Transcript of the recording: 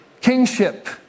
kingship